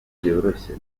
byoroshye